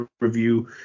review